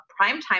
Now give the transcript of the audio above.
primetime